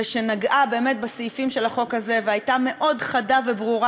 ושנגעה באמת בסעיפים של החוק הזה והייתה מאוד חדה וברורה,